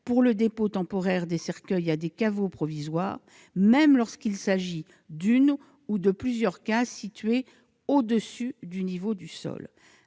pour le dépôt temporaire des cercueils à des caveaux provisoires, même lorsqu'il s'agit d'une ou de plusieurs cases situées au-dessus du niveau du sol.